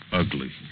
ugly